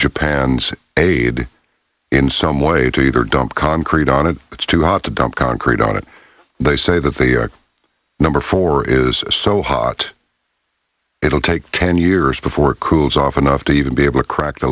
japan's aid in some way to either dump concrete on it it's too hot to dump concrete on it they say that the number four is so hot it'll take ten years before cools off enough to even be able to crack the